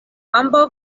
ambaŭ